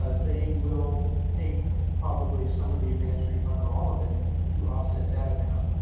ah they will take probably some of the advance refund or all of it to offset that amount.